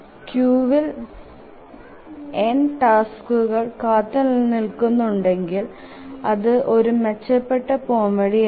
ക്യൂവിൽ n ടാസ്കുകൾ കാത്തുനില്കുന്നുണ്ടെകിൽ അതു ഒരു മെച്ചപ്പെട്ട പോവഴി അല്ല